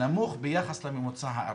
נמוך ביחס לממוצע הארצי.